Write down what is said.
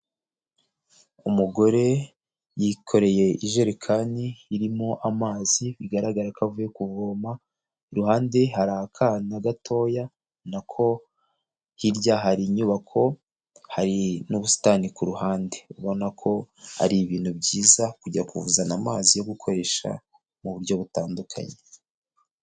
Umugore yikoreye ijerekani irimo amazi bigaragara ko avuye kuvoma, iruhande hari akana gatoya nako hirya hari inyubako hari n'ubusitani ku ruhande. Ubona ko ari ibintu byiza kujya kuvuzana amazi yo gukoresha mu buryo butandukanye.